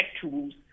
tools